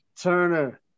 Turner